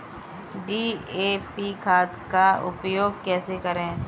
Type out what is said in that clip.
DAP खाद का उपयोग कैसे करें?